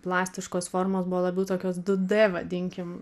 plastiškos formos buvo labiau tokios du d vadinkim